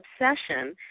obsession